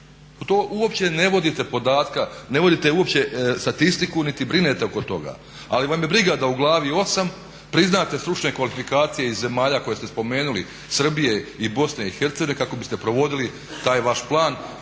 vodite uopće statistiku niti brinete oko toga. Ali vam je briga da u Glavi 8. priznate stručne kvalifikacije iz zemalja koje ste spomenuli Srbije i Bosne i Hercegovine kako biste provodili taj vaš plan.